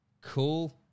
cool